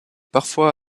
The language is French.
parfois